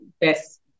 best